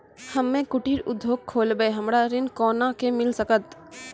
हम्मे कुटीर उद्योग खोलबै हमरा ऋण कोना के मिल सकत?